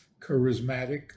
charismatic